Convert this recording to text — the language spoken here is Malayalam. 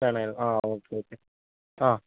വേണമായിരുന്നോ ആ ഓക്കേ ഓക്കെ ആ